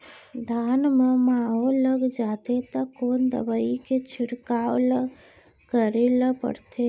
धान म माहो लग जाथे त कोन दवई के छिड़काव ल करे ल पड़थे?